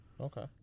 Okay